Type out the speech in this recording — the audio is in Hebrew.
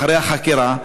אחרי החקירה,